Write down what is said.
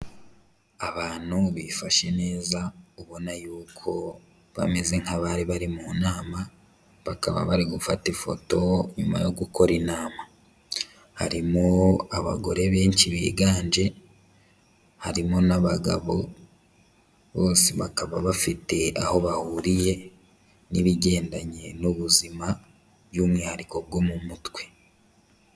Abantu bifashe neza, ubona yuko bameze nk'abari bari mu nama, bakaba bari gufata ifoto nyuma yo gukora inama. Harimo abagore benshi biganje, harimo n'abagabo, bose bakaba bafite aho bahuriye n'ibigendanye n'ubuzima, by'umwihariko bwo mu mutwe.